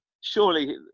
Surely